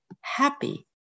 happy